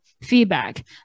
feedback